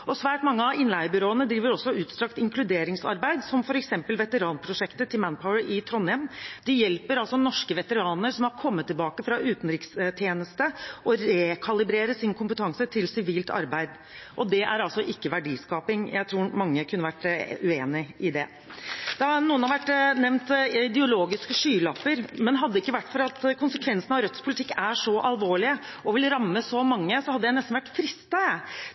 Svært mange av innleiebyråene driver også utstrakt inkluderingsarbeid, som f.eks. veteranprosjektet til Manpower i Trondheim. De hjelper norske veteraner som har kommet tilbake fra utenrikstjeneste, med å rekalibrere sin kompetanse til sivilt arbeid. Det er altså ikke verdiskaping! Jeg tror mange kunne vært uenig i det. Noen har nevnt ideologiske skylapper, men hadde det ikke vært for at konsekvensene av Rødts politikk er så alvorlige og ville ramme så mange, hadde jeg nesten vært